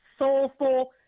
soulful